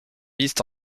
mises